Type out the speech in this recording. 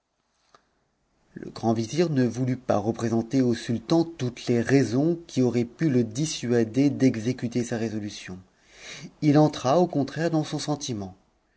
le grand vizir ne voulut pas représenter au sultan toutes tes raisons qui auraient pu le dissuader d'exécuter sa résolution il entra au contra hns s sentiment